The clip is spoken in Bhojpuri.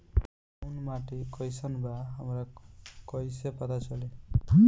कोउन माटी कई सन बा हमरा कई से पता चली?